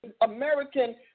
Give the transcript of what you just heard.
American